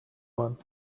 one